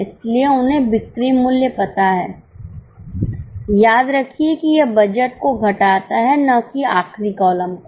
इसलिए उन्हें बिक्री मूल्य पता है याद रखिए कि यह बजट को घटाता है ना कि आखिरी कॉलम को